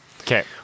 Okay